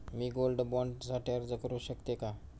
मी gold bond साठी अर्ज करु शकते का?